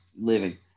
living